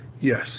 Yes